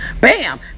Bam